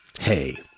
Hey